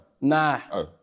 Nah